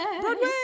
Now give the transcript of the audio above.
Broadway